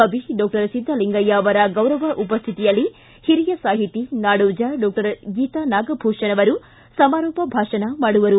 ಕವಿ ಡಾಕ್ಷರ್ ಸಿದ್ದಲಿಂಗಯ್ಯ ಅವರ ಗೌರವ ಉಪಶ್ಥಿತಿಯಲ್ಲಿ ಓರಿಯ ಸಾಹಿತಿ ನಾಡೋಜ ಡಾಕ್ವರ್ ಗೀತಾ ನಾಗಭೂಷಣ ಸಮಾರೋಪ ಭಾಷಣ ಮಾಡಲಿದ್ದಾರೆ